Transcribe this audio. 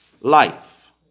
life